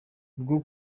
rwo